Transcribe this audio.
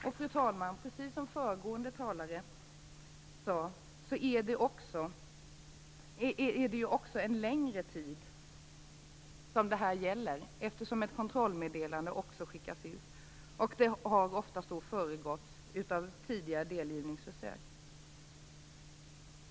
Och, fru talman, precis som föregående talare sade gäller det här också en längre tid, eftersom även ett kontrollmeddelande skickas ut. Det har då ofta föregåtts av tidigare delgivningsförsök.